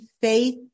faith